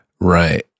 right